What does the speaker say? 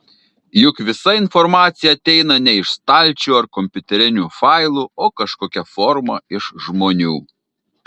juk visa informacija ateina ne iš stalčių ar kompiuterinių failų o kažkokia forma iš žmonių